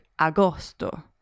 agosto